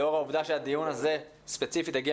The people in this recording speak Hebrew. לאור העובדה שהדיון הזה ספציפית הגיע